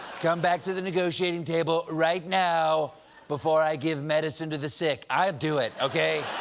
come back to the negotiating table right now before i give medicine to the sick. i'll do it, okay.